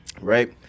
Right